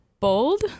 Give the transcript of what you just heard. Bold